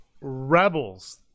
Rebels